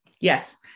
yes